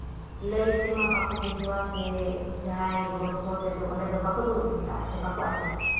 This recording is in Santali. ᱞᱟᱹᱭ ᱛᱮᱢᱟ ᱵᱟᱠᱚ ᱵᱩᱡᱷᱟᱹᱣᱟ ᱥᱮ ᱡᱟᱦᱟᱸᱭ ᱜᱚᱞᱯᱷᱚ ᱛᱮᱫᱚ ᱚᱸᱰᱮ ᱫᱚ ᱵᱟᱠᱚ ᱫᱩᱲᱩᱵᱽ ᱢᱮᱥᱟᱜᱼᱟ ᱥᱮ ᱵᱟᱠᱚ ᱟᱸᱡᱚᱢᱟ